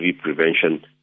prevention